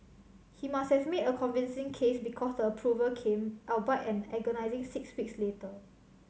he must have made a convincing case because the approval came albeit an agonising six weeks later